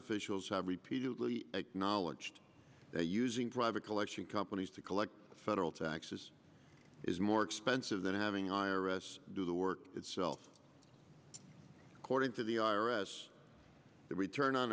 officials have repeatedly acknowledged that using private collection companies to collect federal taxes is more expensive than having i r s do the work itself according to the i r s the return on